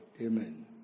amen